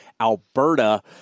Alberta